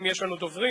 אם יש לנו דוברים,